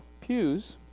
pews